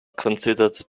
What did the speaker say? considered